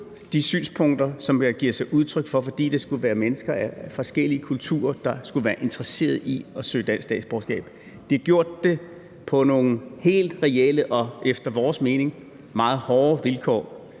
de synspunkter, som der gives udtryk for, fordi det skulle være mennesker af forskellige kulturer, der skulle være interesseret i at søge dansk statsborgerskab. De har gjort det på nogle helt reelle og efter vores mening meget hårde vilkår.